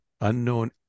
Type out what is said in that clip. unknown